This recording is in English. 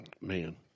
Man